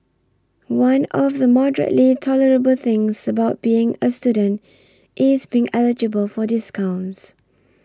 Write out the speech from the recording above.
one of the moderately tolerable things about being a student is being eligible for discounts